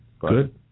Good